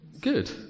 Good